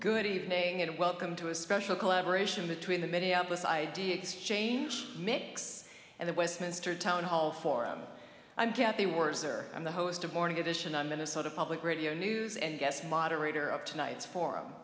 good evening and welcome to a special collaboration between the minneapolis idea exchange mix and the westminster town hall forum i'm kathy worser and the host of morning edition on minnesota public radio news and yes moderator of tonight's for